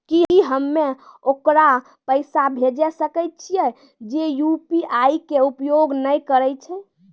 की हम्मय ओकरा पैसा भेजै सकय छियै जे यु.पी.आई के उपयोग नए करे छै?